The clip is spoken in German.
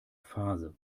phase